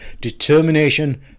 determination